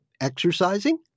exercising